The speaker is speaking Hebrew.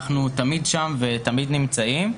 אנו תמיד שם, ותמיד נמצאים.